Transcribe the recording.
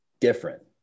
different